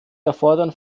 erfordern